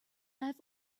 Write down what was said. have